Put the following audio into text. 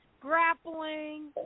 grappling